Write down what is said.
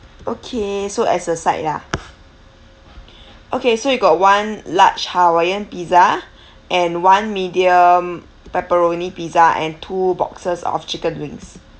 okay so as a side lah okay so you got one large hawaiian pizza and one medium pepperoni pizza and two boxes of chicken wings